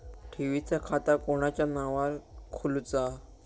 ठेवीचा खाता कोणाच्या नावार खोलूचा?